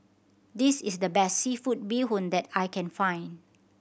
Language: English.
this is the best seafood bee hoon that I can find